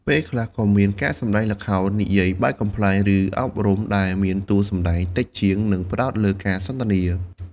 ពេលខ្លះក៏មានការសម្ដែងល្ខោននិយាយបែបកំប្លែង ឬអប់រំ ដែលមានតួសម្ដែងតិចជាង និងផ្តោតលើការសន្ទនា។